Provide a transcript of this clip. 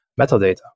metadata